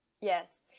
Yes